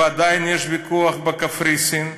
ועדיין יש ויכוח בקפריסין,